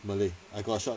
malay I got shocked